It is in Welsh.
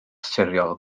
siriol